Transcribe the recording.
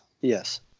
Yes